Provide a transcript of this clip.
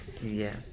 Yes